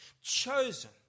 Chosen